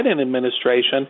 administration